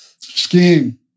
Skiing